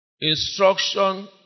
instruction